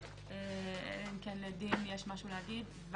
לדין יש משהו להגיד?